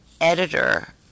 editor